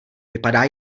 vypadá